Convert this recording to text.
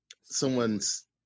someone's